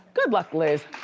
good luck, liz.